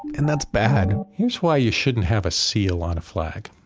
and that's bad here's why you shouldn't have a seal on a flag.